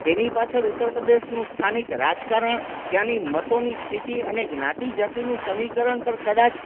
તેની પાછળ ઉત્તર પ્રદેશનું સ્થાનિક રાજકારણ ત્યાંની મતોની સ્થિતિ અને જ્ઞાતી જાતિનું સમીકરણ પર કદાચ